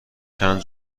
چند